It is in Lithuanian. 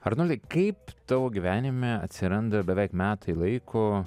arnoldai kaip tavo gyvenime atsiranda beveik metai laiko